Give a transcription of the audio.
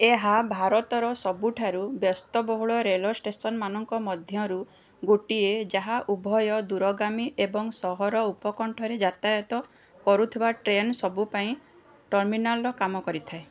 ଏହା ଭାରତର ସବୁଠାରୁ ବ୍ୟସ୍ତବହୁଳ ରେଳ ଷ୍ଟେସନ୍ମାନଙ୍କ ମଧ୍ୟରୁ ଗୋଟିଏ ଯାହା ଉଭୟ ଦୂରଗାମୀ ଏବଂ ସହର ଉପକଣ୍ଠରେ ଯାତାୟତ କରୁଥିବା ଟ୍ରେନ୍ ସବୁ ପାଇଁ ଟର୍ମିନାଲ୍ର କାମ କରିଥାଏ